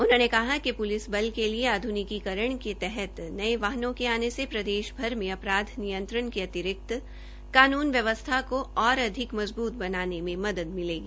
उन्होंने कहा कि प्लिस बल के लिए आध्निकीकरण के तहत नए वाहनों के आने से प्रदेश भर में अपराध नियंत्रण के अतिरिक्त कानून व्यवस्था को और अधिक मजबूत बनाने में मदद मिलेगी